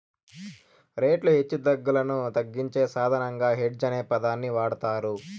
రేట్ల హెచ్చుతగ్గులను తగ్గించే సాధనంగా హెడ్జ్ అనే పదాన్ని వాడతారు